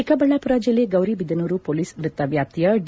ಚಿಕ್ಕಬಳ್ಳಾಪುರ ಜಿಲ್ಲೆ ಗೌರಿಬಿದನೂರು ಪೊಲೀಸ್ ವೃತ್ತ ವ್ಯಾಪ್ತಿಯ ಡಿ